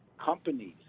companies